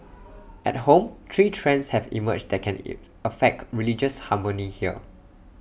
at home three trends have emerged that can if affect religious harmony here